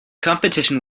competition